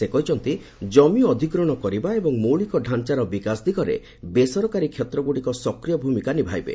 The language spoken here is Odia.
ସେ କହିଛନ୍ତି ଜମି ଅଧିଗ୍ରହଣ କରିବା ଏବଂ ମୌଳିକ ଡାଞ୍ଚାର ବିକାଶ ଦିଗରେ ବେସରକାରୀ କ୍ଷେତ୍ରଗୁଡ଼ିକ ସକ୍ରିୟ ଭୂମିକା ନିଭାଇବେ